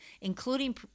including